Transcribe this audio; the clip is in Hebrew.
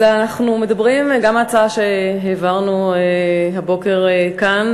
אנחנו מדברים גם על הצעה שהבאנו הבוקר כאן.